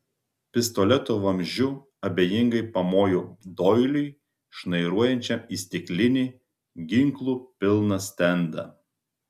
pistoleto vamzdžiu abejingai pamojo doiliui šnairuojančiam į stiklinį ginklų pilną stendą